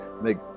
make